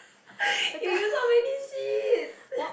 you use so many sheets